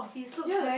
ya leh